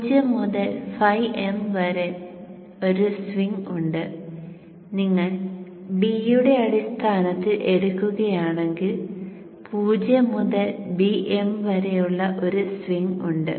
0 മുതൽ φm വരെ ഒരു സ്വിംഗ് ഉണ്ട് നിങ്ങൾ B യുടെ അടിസ്ഥാനത്തിൽ എടുക്കുകയാണെങ്കിൽ 0 മുതൽ Bm വരെയുള്ള ഒരു സ്വിംഗ് ഉണ്ട്